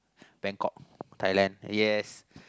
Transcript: Bangkok Thailand yes